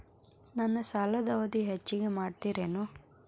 ನನ್ನ ಸಾಲದ ಅವಧಿ ಹೆಚ್ಚಿಗೆ ಮಾಡ್ತಿರೇನು?